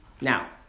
Now